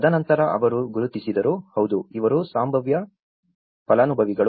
ತದನಂತರ ಅವರು ಗುರುತಿಸಿದರು ಹೌದು ಇವರು ಸಂಭಾವ್ಯ ಫಲಾನುಭವಿಗಳು